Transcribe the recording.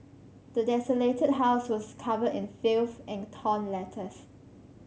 the desolated house was covered in filth and torn letters